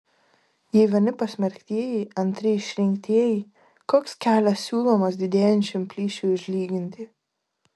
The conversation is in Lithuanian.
jei vieni pasmerktieji antri išrinktieji koks kelias siūlomas didėjančiam plyšiui užlyginti